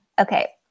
okay